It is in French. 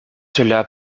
cela